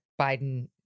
Biden